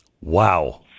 Wow